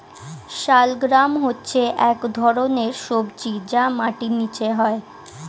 শালগ্রাম হচ্ছে এক ধরনের সবজি যা মাটির নিচে হয়